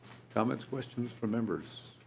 comments questions for members?